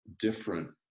different